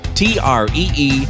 tree